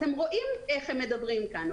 אתם רואים איך הם מדברים כאן,